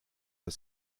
das